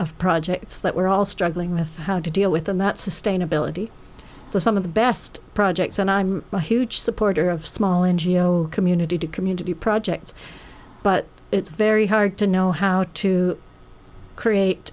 projects that we're all struggling with how to deal with in that sustainability so some of the best projects and i'm a huge supporter of small n g o s community to community projects but it's very hard to know how to create